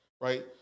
Right